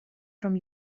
from